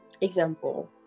example